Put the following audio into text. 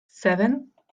seven